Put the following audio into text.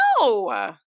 No